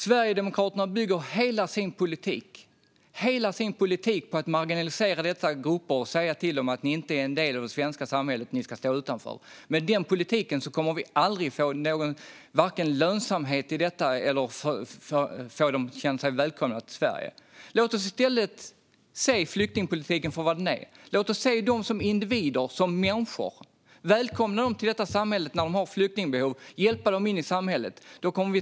Sverigedemokraterna bygger hela sin politik på att marginalisera dessa grupper och säga till dem att de inte är en del av det svenska samhället och ska stå utanför. Med den politiken kommer vi varken få lönsamhet i detta eller få dem att känna sig välkomna här. Låt oss i stället se flyktingpolitiken för vad den är. Låt oss se flyktingar som människor, välkomna dem och hjälpa dem in i samhället.